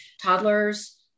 toddlers